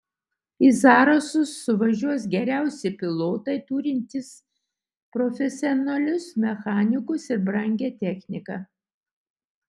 į zarasus suvažiuos geriausi pilotai turintis profesionalius mechanikus ir brangią techniką